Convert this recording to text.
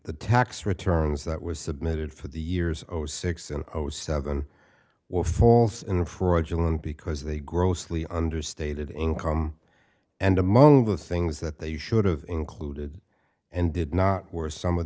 the tax returns that was submitted for the years over six and seven were false in fraudulent because they grossly understated income and among the things that they should have included and did not were some of